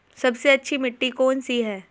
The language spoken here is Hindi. सबसे अच्छी मिट्टी कौन सी है?